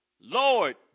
Lord